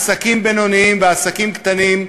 עסקים בינוניים ועסקים קטנים,